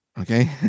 Okay